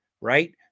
right